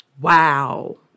Wow